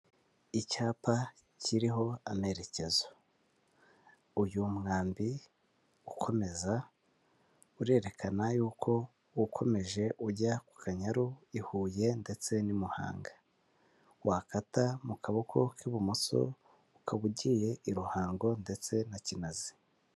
Icyapa kiriho amerekezo, uyu mwambi ukomeza urerekana yuko ukomeje ujya ku Kanyaru, i Huye ndetse n'imuhanga, wakata mu kaboko k'ibumoso ukaba ugiye i Ruhango ndetse na Kinazi.